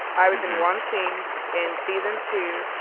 i was in one scene in season two.